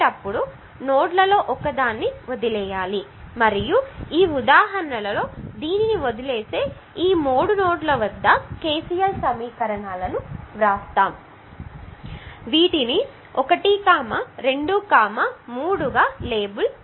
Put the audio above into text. ఇప్పుడు KCL సమీకరణాలను వ్రాసేటప్పుడు నోడ్లలో ఒకదాన్ని వదిలివేయాలి మరియు ఈ ఉదాహరణలో దీనిని వదిలేసి ఈ మూడు నోడ్ల వద్ద KCL సమీకరణాలను వ్రాస్తాము వీటిని 1 2 మరియు 3 గా లేబుల్ చేస్తాను